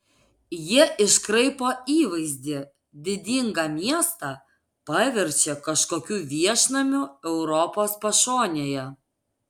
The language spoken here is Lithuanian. jie iškraipo įvaizdį didingą miestą paverčia kažkokiu viešnamiu europos pašonėje